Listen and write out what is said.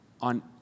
on